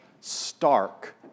stark